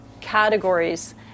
categories